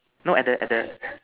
no at the at the